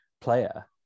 player